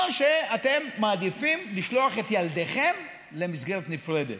או שאתם מעדיפים לשלוח את ילדכם למסגרת נפרדת,